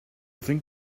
think